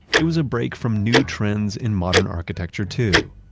it was a break from new trends in modern architecture too.